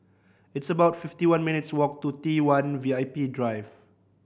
it's about fifty one minutes' walk to Tone V I P Drive